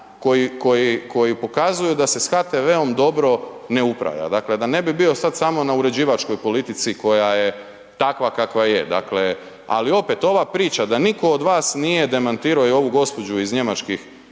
koji pokazuju da se sa HTV-om dobro ne upravlja dakle, da ne bi bio sad samo na uređivačkoj politici koja je takva kakva je. Ali opet ova priča da nitko od vas nije demantirao i ovu gospođu iz njemačkog